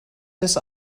des